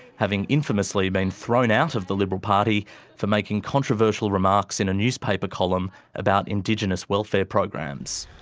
having infamously been thrown out of the liberal party for making controversial remarks in a newspaper column about indigenous welfare programs.